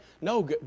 No